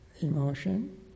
emotion